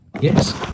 Yes